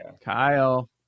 kyle